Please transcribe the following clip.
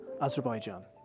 Azerbaijan